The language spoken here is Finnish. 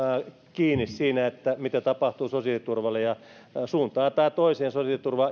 kiinni siinä mitä tapahtuu sosiaaliturvalle ja suuntaan tai toiseen sosiaaliturva